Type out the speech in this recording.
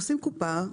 עושים קופה,